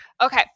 Okay